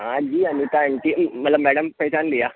हाँ जी अनीता आंटी जी मतलब मैडम पहचान लिया